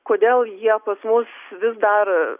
kodėl jie pas mus vis dar